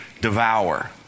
devour